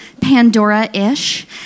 pandora-ish